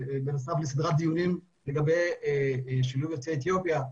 בנוסף לסדרת דיונים לגבי שילוב יוצאי אתיופיה,